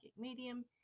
medium